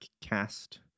cast